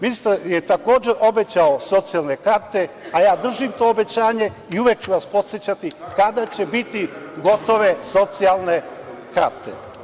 Ministar je takođe obećao socijalne karte, a ja držim to obećanje i uvek ću vas podsećati kada će biti gotove socijalne karte.